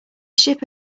ship